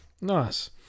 Nice